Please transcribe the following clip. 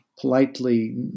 politely